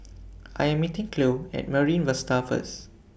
I Am meeting Cleo At Marine Vista First